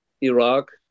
Iraq